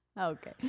Okay